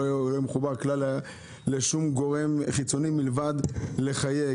שלא יהיה מחובר לשום גורם חיצוני מלבד האפשרות לחייג,